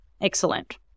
Excellent